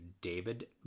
David